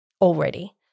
already